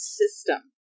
system